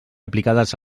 aplicables